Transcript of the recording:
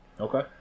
okay